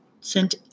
sent